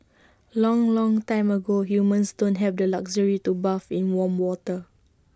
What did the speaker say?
long long time ago humans don't have the luxury to bathe in warm water